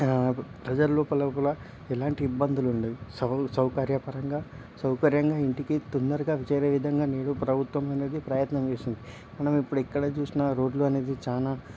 ప్రజల లోపలోపల ఎలాంటి ఇబ్బందులు ఉండవు సౌ సౌకర్యపరంగా సౌకర్యంగా ఇంటికి తొందరగా చేరే విధంగా నేడు ప్రభుత్వమనేది ప్రయత్నం చేస్తుంది మనం ఇప్పుడు ఎక్కడ చూసినా రోడ్లు అనేవి చాలా